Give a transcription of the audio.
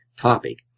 topic